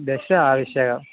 दश आवश्यकं